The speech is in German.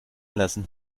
lassen